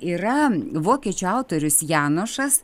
yra vokiečių autorius janošas